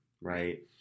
right